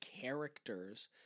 characters